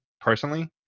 personally